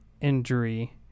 injury